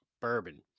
Bourbon